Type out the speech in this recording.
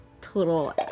Total